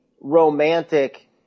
romantic